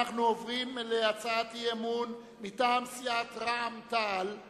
אנחנו עוברים להצעת אי-אמון מטעם סיעת רע"ם-תע"ל